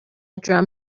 drum